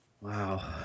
Wow